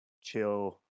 chill